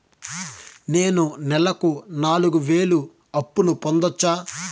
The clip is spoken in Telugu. నేను నెలకు నాలుగు వేలు అప్పును పొందొచ్చా?